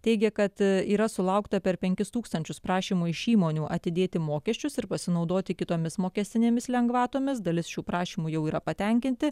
teigia kad yra sulaukta per penkis tūkstančius prašymų iš įmonių atidėti mokesčius ir pasinaudoti kitomis mokestinėmis lengvatomis dalis šių prašymų jau yra patenkinti